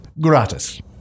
Gratis